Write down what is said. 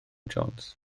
jones